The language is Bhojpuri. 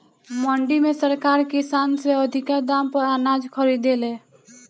मंडी में सरकार किसान से अधिका दाम पर अनाज खरीदे ले